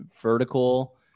vertical